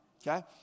Okay